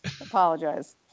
Apologize